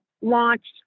launched